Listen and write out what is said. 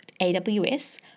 AWS